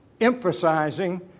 emphasizing